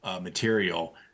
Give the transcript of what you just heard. material